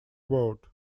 world